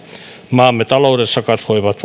maamme taloudessa kasvoivat